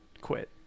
quit